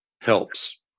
helps